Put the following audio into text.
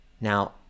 Now